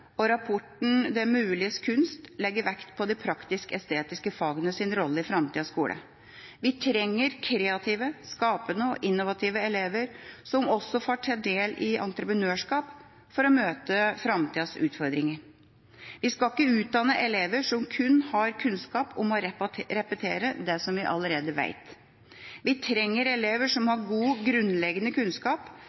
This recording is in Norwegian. og rapporten Det muliges kunst legger vekt på de praktisk-estetiske fagenes rolle i framtidas skole. Vi trenger kreative, skapende og innovative elever som også får ta del i entreprenørskap for å møte framtidas utfordringer. Vi skal ikke utdanne elever som kun har kunnskap om å repetere det vi allerede vet. Vi trenger elever som har god grunnleggende kunnskap,